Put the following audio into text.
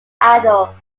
idol